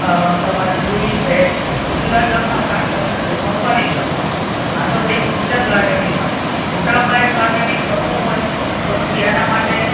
તમારે જૂઈ છે તો જુદા જાતના પ્લાન્ટ તમે ઘરમાં ઉગાડી શકો આ તો થઈ કિચન ગાર્ડનની વાત મોટા પાયે ગાર્ડનિંગ કરવું હોય તો પછી એના માટે